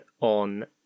on